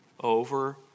over